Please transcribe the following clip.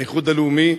האיחוד הלאומי,